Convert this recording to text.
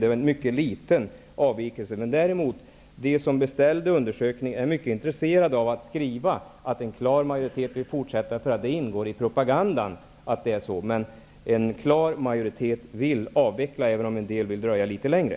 Det var en mycket liten avvikelse. Men däremot var de som beställde undersökningen mycket intresserade av att skriva att en klar majoritet ville ha en fortsatt drift, därför att det ingick i propagandan. Men en klar majoritet ville ha en avveckling, även om en del ville dröja litet längre.